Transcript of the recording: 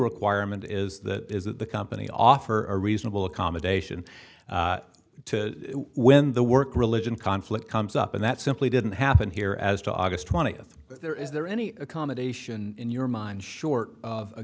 requirement is that is that the company offer a reasonable accommodation to when the work religion conflict comes up and that simply didn't happen here as to august twentieth there is there any accommodation in your mind short of a